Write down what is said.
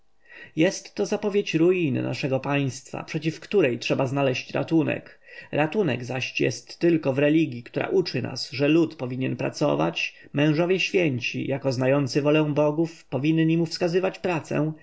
jest to zapowiedź ruiny naszego państwa przeciw której trzeba znaleźć ratunek ratunek zaś jest tylko w religji która uczy nas że lud powinien pracować mężowie święci jako znający wolę bogów powinni mu wskazywać pracę